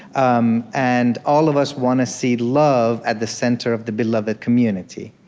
um and all of us want to see love at the center of the beloved community